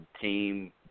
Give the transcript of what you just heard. team